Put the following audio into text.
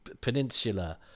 peninsula